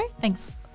thanks